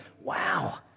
wow